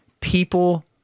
people